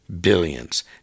billions